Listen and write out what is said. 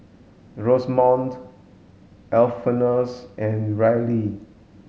Rosamond Alphonsus and Reilly